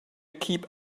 keep